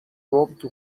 توپ